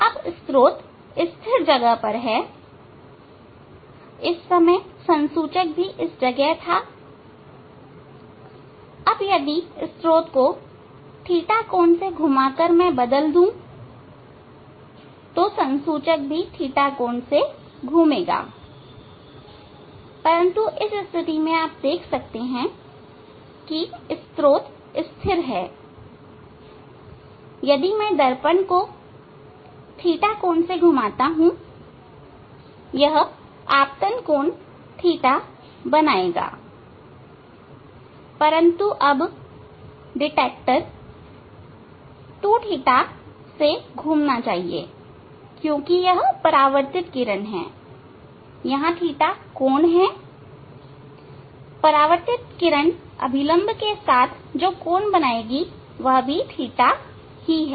अब स्त्रोत स्थिर जगह पर है इस समय संसूचक भी इस जगह था अब यदि मैं स्त्रोत को ɵ कोण से घुमा कर बदल दूं संसूचक भी थीटा से घूमेगा परंतु इस स्थिति में आप देख सकते हैं कि स्त्रोत स्थिर है यदि मैं दर्पण को ɵ कोण से घुमाता हूंयह आपतन कोण ɵ बनाएगा परंतु अब डिटेकटर 2ɵ से घूमना चाहिए क्योंकि यहां यह परावर्तित किरण है यहां ɵ कोण है परावर्तित किरण अभिलंब के साथ कोण बनाएगी जो भी ɵ ही है